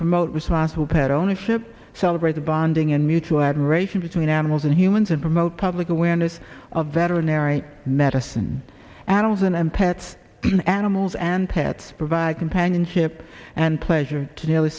promote risotto pet ownership celebrate the bonding and mutual admiration between animals and humans and promote public awareness of veterinary medicine animals and pets animals and pets provide companionship and pleasure to nearly